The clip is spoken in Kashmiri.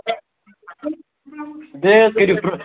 بیٚیہِ حظ کٔرِو